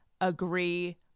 agree